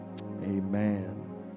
amen